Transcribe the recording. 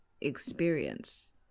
experience